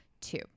two